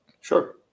Sure